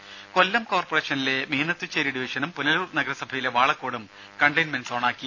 രുര കൊല്ലം കോർപ്പറേഷനിലെ മീനത്തുചേരി ഡിവിഷനും പുനലൂർ നഗരസഭയിലെ വാളക്കോടും കണ്ടെയിൻമെന്റ് സോണാക്കി